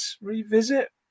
revisit